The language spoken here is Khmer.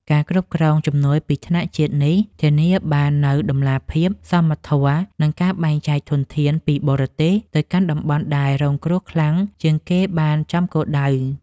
ការគ្រប់គ្រងជំនួយពីថ្នាក់ជាតិនេះ ធានាបាននូវតម្លាភាព សមធម៌ និងការបែងចែកធនធានពីបរទេសទៅកាន់តំបន់ដែលរងគ្រោះខ្លាំងជាងគេបានចំគោលដៅ។